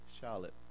Charlotte